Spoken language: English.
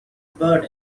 bird